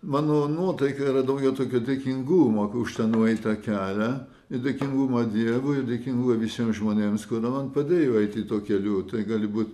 mano nuotaika yra daugiau tokio dėkingumo už tą nueitą kelią ir dėkingumą dievui ir dėkingumą visiems žmonėms kurie man padėjo eiti tuo keliu tai gali būt